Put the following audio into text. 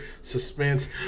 suspense